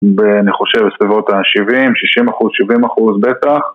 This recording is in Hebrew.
ואני חושב בסביבות השבעים, שישים אחוז, שבעים אחוז בטח.